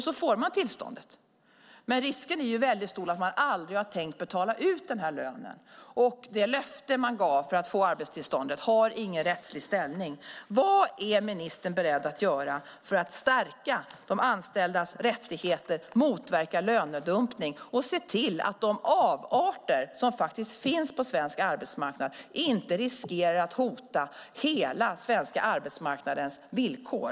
Så får man tillståndet. Risken är väldigt stor att arbetsgivaren aldrig har tänkt betala ut den lönen. Det löfte man gav för att få arbetstillståndet har ingen rättslig ställning. Vad är ministern beredd att göra för att stärka de anställdas rättigheter, motverka lönedumpning och se till att de avarter som finns på svensk arbetsmarknad inte riskerar att hota hela den svenska arbetsmarknadens villkor?